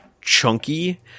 chunky